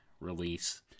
release